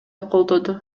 колдоду